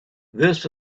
this